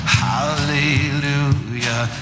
hallelujah